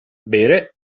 bere